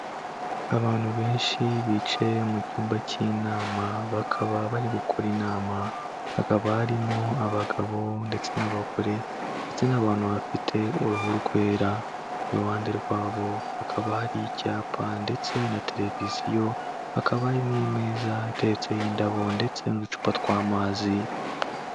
Abantu benshi bicaye mu cyumba cy'inama bakaba bari gukora inama, hakaba harimo abagabo ndetse n'abagore ndetse n'abantu bafite uruhu rwera. Iruhande rwabo hakaba hari icyapa ndetse na televiziyo, hakaba hari n'imeza iteretseho indabo ndetse n'uducupa tw'amazi.